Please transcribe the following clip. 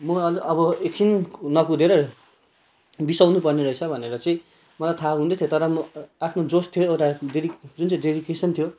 म अझ अब एकछिन नकुदेर बिसाउनुपर्ने रहेछ भनेर चाहिँ मलाई थाहा हुँदै थियो तर म आफ्नो जोस थियो एउटा डेडी जुन चाहिँ डेडिकेसन थियो